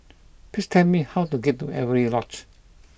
please tell me how to get to Avery Lodge